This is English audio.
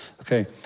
Okay